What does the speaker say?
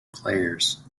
players